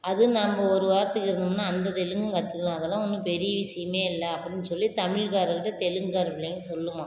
அது நம்ப ஒரு வாரத்துக்கு இருந்தோம்னா அந்த தெலுங்கும் கற்றுக்கலாம் அதெல்லாம் ஒன்றும் பெரிய விஷியமே இல்லை அப்படின்னு சொல்லி தமிழ்காரர்ட்ட தெலுங்குகாரர் பிள்ளைங்கள் சொல்லுமாம்